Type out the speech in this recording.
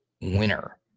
winner